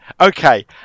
Okay